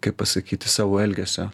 kaip pasakyti savo elgesio